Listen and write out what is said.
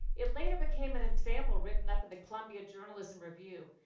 it later became an example written up in the columbia journalism review,